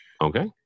okay